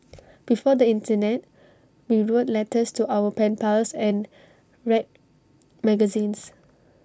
before the Internet we wrote letters to our pen pals and read magazines